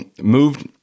moved